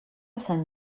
sant